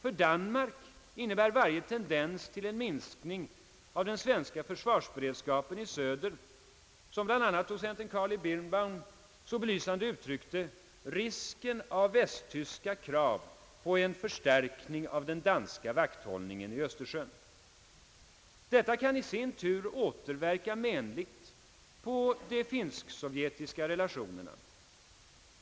För Danmark innebär varje tendens till en minskning av den svenska försvarsberedskapen i söder, som bl.a. docenten Karl E. Birnbaum så belysande uttryckt det, risken av västtyska krav på en förstärkning av den danska vakthållningen i Östersjön. Detta kan i sin tur återverka menligt på de finsk-sovjetiska relationerna.